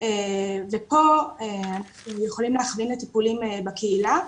ופה אנחנו יכולים להכווין לטיפולים בקהילה,